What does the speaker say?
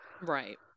right